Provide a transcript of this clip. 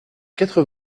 quatre